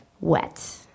Wet